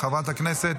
חברת הכנסת